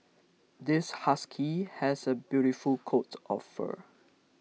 this husky has a beautiful coat of fur